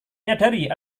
menyadari